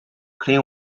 clean